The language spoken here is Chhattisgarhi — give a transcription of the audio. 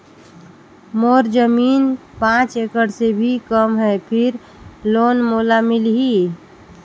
मोर जमीन पांच एकड़ से भी कम है फिर लोन मोला मिलही?